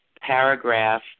paragraph